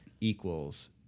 equals